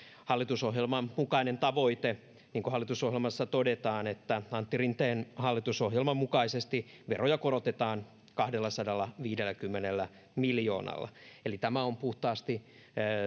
hallitusohjelman mukainen tavoite hallitusohjelmassa todetaan että antti rinteen hallitusohjelman mukaisesti veroja korotetaan kahdellasadallaviidelläkymmenellä miljoonalla eli tämä on puhtaasti